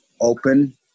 open